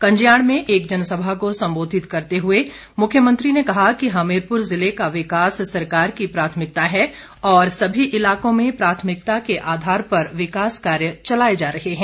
कंजयाण में एक जनसभा को संबोंधित करते हए मुख्यमंत्री ने कहा कि हमीरपुर ज़िले का विकास सरकार की प्राथमिकता है और सभी इलाकों में प्राथमिकता के आधार पर विकास कार्य चलाए जा रहे हैं